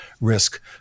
risk